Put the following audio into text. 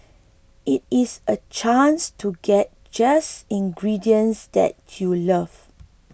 it is a chance to get just ingredients that you love